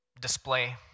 display